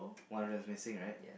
one of them is missing right